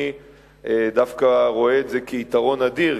אני דווקא רואה את זה כיתרון אדיר,